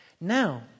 Now